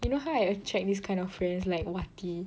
you know how I attract this kind of friends like Wati